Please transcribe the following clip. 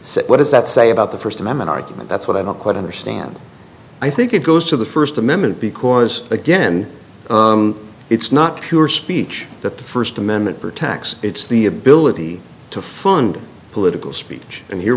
say what does that say about the first amendment argument that's what i don't quite understand i think it goes to the first amendment because again it's not pure speech that the first amendment protects its the ability to fund political speech and here